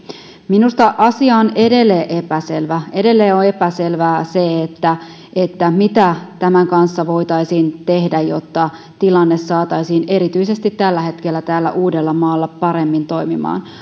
minusta asia on edelleen epäselvä edelleen on epäselvää se mitä tämän kanssa voitaisiin tehdä jotta tilanne saataisiin tällä hetkellä erityisesti täällä uudellamaalla paremmin toimimaan